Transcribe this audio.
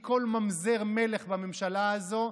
כל ממזר מלך בממשלה הזו,